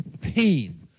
pain